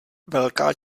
velká